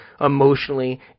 emotionally